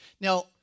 now